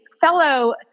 fellow